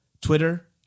Twitter